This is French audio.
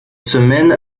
semaine